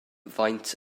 faint